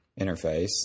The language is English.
interface